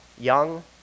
young